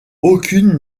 aucune